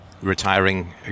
retiring